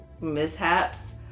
mishaps